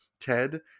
Ted